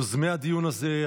יוזמי הדיון הזה,